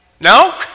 No